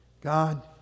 God